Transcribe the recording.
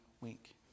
wink